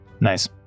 Nice